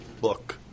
book